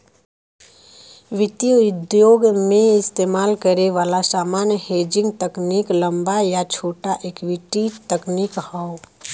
वित्तीय उद्योग में इस्तेमाल करे वाला सामान्य हेजिंग तकनीक लंबा या छोटा इक्विटी तकनीक हौ